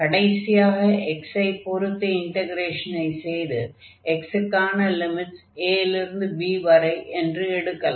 கடைசியாக x ஐ பொருத்து இன்டக்ரேஷனை செய்து x க்கான லிமிட்ஸ் a லிருந்து b வரை என்று எடுக்கலாம்